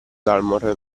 dalmor